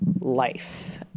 life